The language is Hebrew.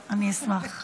אני יכולה יותר.